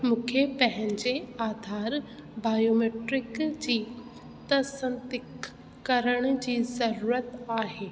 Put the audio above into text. मूंखे पंहिंजे आधार बायोमैट्रिक जी तसंदीकु करण जी ज़रुरत आहे